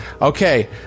Okay